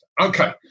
okay